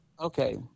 Okay